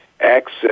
Access